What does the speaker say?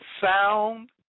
sound